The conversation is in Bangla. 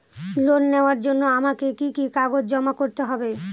লোন নেওয়ার জন্য আমাকে কি কি কাগজ জমা করতে হবে?